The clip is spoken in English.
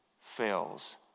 fails